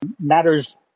matters